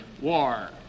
war